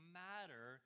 matter